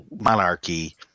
monarchy